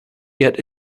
yet